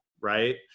Right